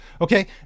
Okay